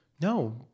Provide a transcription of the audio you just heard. No